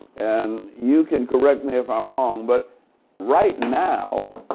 and you can correct me if i'm wrong but right now